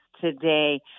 today